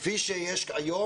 כפי שיש היום,